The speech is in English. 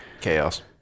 Chaos